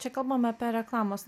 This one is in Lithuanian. čia kalbam apie reklamos